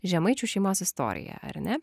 žemaičių šeimos istorija ar ne